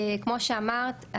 כמו שאמרת,